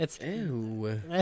Ew